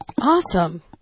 Awesome